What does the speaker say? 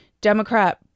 Democrat